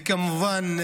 וכמובן,